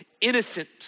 Innocent